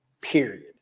Period